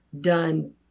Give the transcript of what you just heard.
done